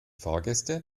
fahrgäste